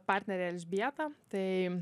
partnerė elžbieta tai